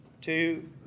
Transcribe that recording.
Two